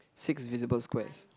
six visible squares